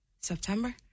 September